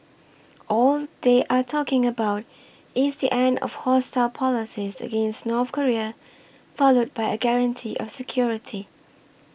all they are talking about is the end of hostile policies against North Korea followed by a guarantee of security